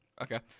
Okay